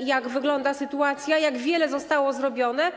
jak wygląda sytuacja, jak wiele zostało zrobione.